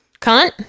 cunt